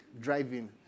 driving